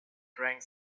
drank